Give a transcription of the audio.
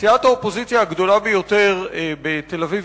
סיעת האופוזיציה הגדולה ביותר בתל-אביב